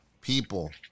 people